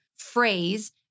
phrase